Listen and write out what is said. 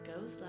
goes